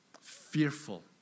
Fearful